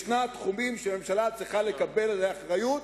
יש תחומים שבהם ממשלה צריכה לקבל עליה אחריות,